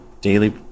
daily